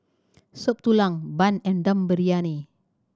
Soup Tulang bun and Dum Briyani